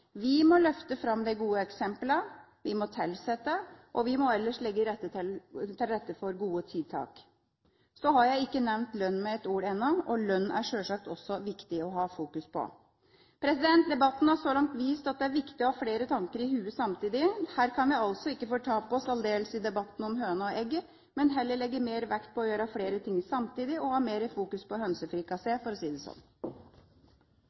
Vi må løfte fram de gode eksemplene, tilsette og ellers legge til rette for gode tiltak. Så har jeg ikke nevnt lønn med ett ord enda. Lønn er det sjølsagt også viktig å ha fokus på. Debatten har så langt vist at det er viktig å ha flere tanker i hodet samtidig. Her kan vi altså ikke fortape oss aldeles i debatten om høna og egget, men heller legge mer vekt på å gjøre flere ting samtidig og ha mer fokus på hønsefrikassé, for å si det sånn.